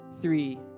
Three